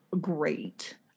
great